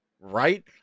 Right